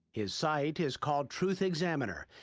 his site is called truthexaminer,